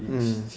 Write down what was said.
mm